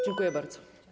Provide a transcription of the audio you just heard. Dziękuję bardzo.